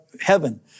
heaven